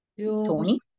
Tony